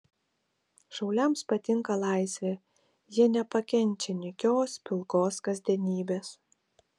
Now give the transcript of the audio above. šauliams patinka laisvė jie nepakenčia nykios pilkos kasdienybės